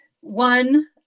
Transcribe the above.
one